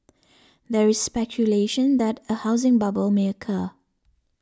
there is speculation that a housing bubble may occur